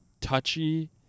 touchy